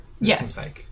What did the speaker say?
Yes